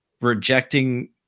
rejecting